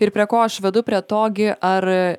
ir prie ko aš vedu prie to gi ar